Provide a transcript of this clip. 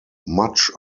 much